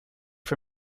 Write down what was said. for